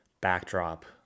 backdrop